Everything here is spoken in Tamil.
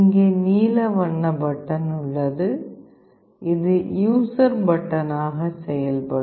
இங்கே நீல வண்ண பட்டன் உள்ளது இது யூசர் பட்டனாக செயல்படும்